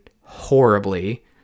horribly